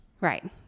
Right